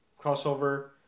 crossover